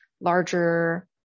larger